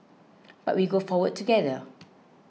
but we go forward together